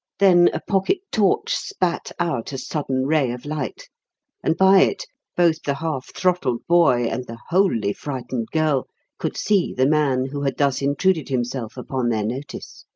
then a pocket torch spat out a sudden ray of light and by it both the half-throttled boy and the wholly frightened girl could see the man who had thus intruded himself upon their notice.